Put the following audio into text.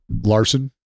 Larson